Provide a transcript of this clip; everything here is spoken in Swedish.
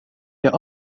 jag